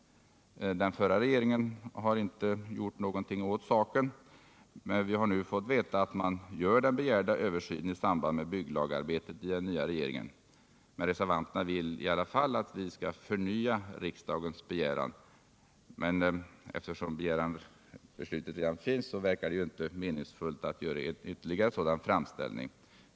Den förra regeringen gjorde ingenting åt 39 saken. Vi har nu fått veta att man gör den begärda översynen i samband med bygglagarbetet i den nya regeringen. Men reservanterna vill i alla fall förnya riksdagens begäran. Eftersom ett beslut redan fattats, verkar det inte meningsfullt med ytterligare en sådan framställning.